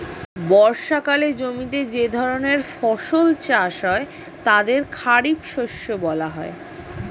বর্ষাকালে জমিতে যে ধরনের ফসল চাষ হয় তাদের খারিফ শস্য বলা হয়